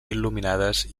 il·luminades